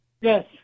Yes